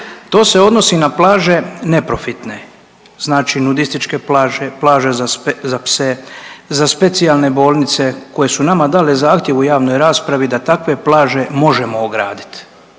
To se odnosi na plaže neprofitne, znači nudističke plaže, plaže za pse, za specijalne bolnice koje su nama dale zahtjev u javnoj raspravi da takve plaže možemo ograditi,